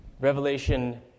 Revelation